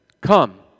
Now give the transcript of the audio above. Come